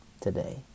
today